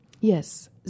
Yes